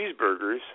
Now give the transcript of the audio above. cheeseburgers